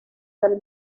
del